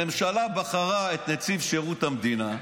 הממשלה בחרה את נציב שירות המדינה,